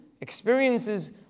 experiences